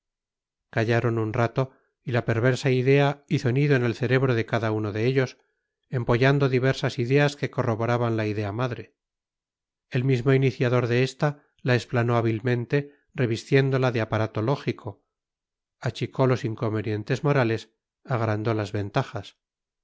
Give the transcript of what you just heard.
callaron un rato y la perversa idea hizo nido en el cerebro de cada uno de ellos empollando diversas ideas que corroboraban la idea madre el mismo iniciador de esta la explanó hábilmente revistiéndola de aparato lógico achicó los inconvenientes morales agrandó las ventajas